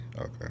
okay